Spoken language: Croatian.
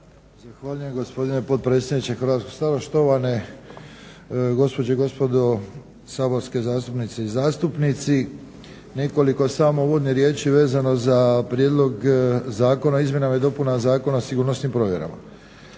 Zahvaljujem, gospodine potpredsjedniče Hrvatskog sabora. Štovane gospođe i gospodo saborske zastupnice i zastupnici. Nekoliko samo uvodnih riječi vezano za prijedlog zakona o izmjenama i dopunama Zakona o sigurnosnim provjerama.